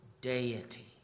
deity